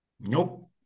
Nope